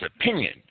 opinion